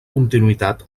continuïtat